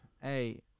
Hey